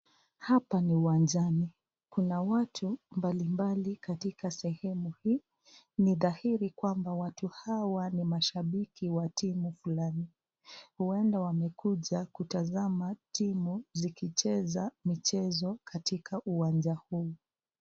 Hapa ni uwanjani, kuna watu mbali mbali katika sehemu hii, ni dhahiri kwamba watu hawa ni mashabiki wa timu fulani. Huenda wamekuja kutazama timu zikicheza, michezo katika uwanja huu.